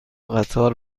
قطار